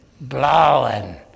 blowing